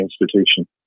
institution